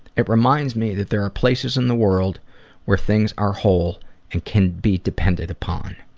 it reminds me that there're places in the world where things are whole and can be depended upon.